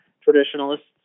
traditionalists